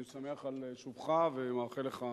תודה רבה, אני שמח על שובך ומאחל לך,